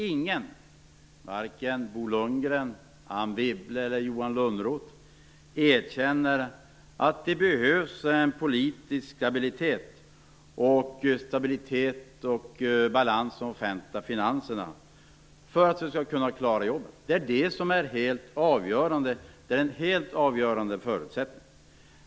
Ingen, vare sig Bo Lundgren, Anne Wibble eller Johan Lönnroth, erkänner att det behövs en politisk stabilitet och balans i de offentliga finanserna för att vi skall kunna klara jobben. Det är en helt avgörande förutsättning.